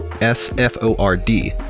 s-f-o-r-d